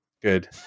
Good